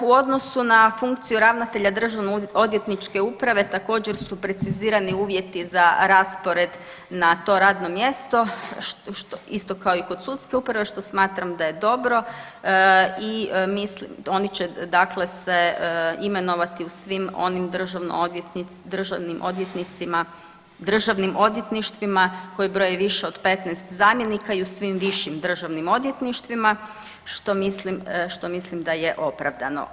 U odnosu na funkciju ravnatelja državno odvjetničke uprave također su precizirani uvjeti za raspored na to radno mjesto, isto kao i kod sudske uprave, što smatram da je dobro i mislim oni će dakle se imenovati u svim onim državnim odvjetništvima koji broje više od 15 zamjenika i u svim višim državnim odvjetništvima, što mislim, što mislim da je opravdano.